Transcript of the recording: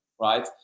right